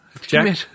Jack